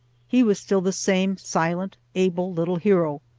he was still the same silent, able little hero.